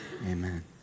Amen